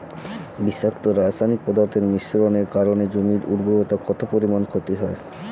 বিষাক্ত রাসায়নিক পদার্থের মিশ্রণের কারণে জমির উর্বরতা কত পরিমাণ ক্ষতি হয়?